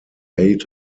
aid